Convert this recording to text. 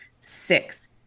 Six